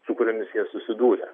su kuriomis jie susidūrė